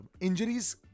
injuries